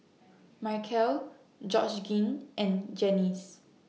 Michale Georgeann and Janyce